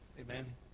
Amen